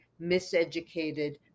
miseducated